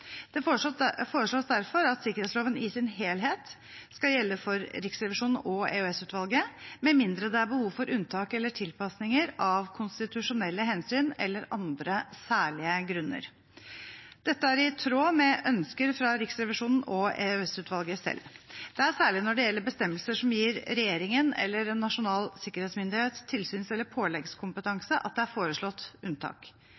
foreslås derfor at sikkerhetsloven i sin helhet skal gjelde for Riksrevisjonen og EOS-utvalget, med mindre det er behov for unntak eller tilpassinger av konstitusjonelle hensyn eller andre særlige grunner. Dette er i tråd med ønsker fra Riksrevisjonen og EOS-utvalget selv. Det er særlig når det gjelder bestemmelser som gir regjeringen eller Nasjonal sikkerhetsmyndighet tilsyns- eller påleggskompetanse, at det er foreslått unntak.